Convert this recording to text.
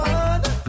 one